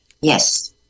Yes